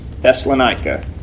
Thessalonica